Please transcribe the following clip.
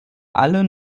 alle